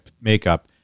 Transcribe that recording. makeup